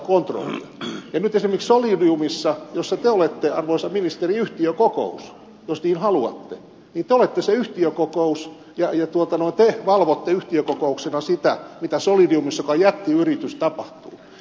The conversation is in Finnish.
nyt esimerkiksi solidiumissa jossa te olette arvoisa ministeri yhtiökokous jos niin haluatte niin te olette se yhtiökokous ja te valvotte yhtiökokouksena sitä mitä solidiumissa joka on jättiyritys tapahtuu